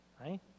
right